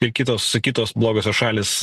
ir kitos kitos blogosios šalys